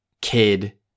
kid